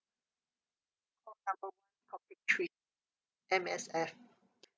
call number one topic three M_S_F